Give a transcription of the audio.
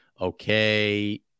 Okay